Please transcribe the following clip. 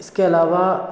इसके अलावा